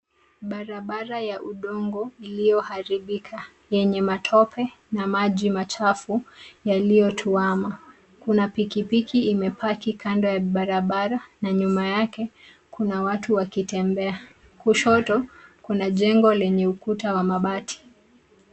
Barabara ya udongo iliyoharibika .Yenye matope na maji machafu, yaliyo tuwama. Kuna pikipiki imepaki kando ya barabara, na nyuma yake ,Kuna watu wakitembea. Kushoto Kuna jengo lenye ukuta wa mabati.